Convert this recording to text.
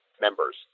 members